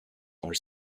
are